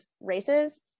races